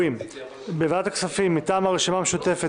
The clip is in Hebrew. בוועדת הכספים מטעם הרשימה המשותפת